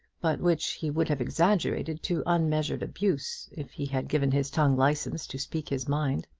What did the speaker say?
but which he would have exaggerated to unmeasured abuse if he had given his tongue licence to speak his mind.